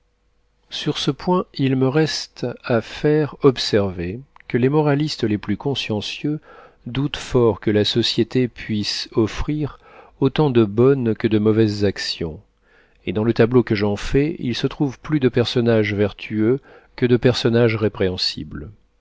sur ce point il me reste à faire observer que les moralistes les plus consciencieux doutent fort que la société puisse offrir autant de bonnes que de mauvaises actions et dans le tableau que j'en fais il se trouve plus de personnages vertueux que de personnages répréhensibles